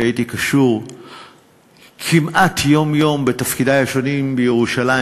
כי הייתי קשור כמעט יום-יום בתפקידי השונים בירושלים,